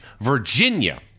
Virginia